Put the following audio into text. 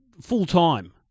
full-time